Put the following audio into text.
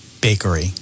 bakery